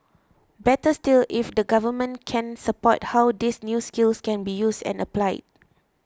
better still if the government can support how these new skills can be used and applied